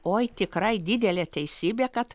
oi tikrai didelė teisybė kad